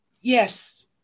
yes